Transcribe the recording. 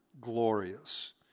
glorious